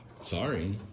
Sorry